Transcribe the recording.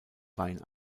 wein